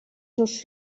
seus